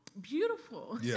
beautiful